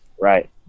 Right